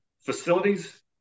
facilities